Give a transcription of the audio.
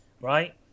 Right